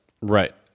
right